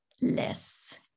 less